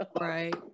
Right